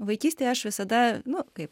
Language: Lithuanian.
vaikystėj aš visada nu kaip